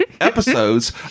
episodes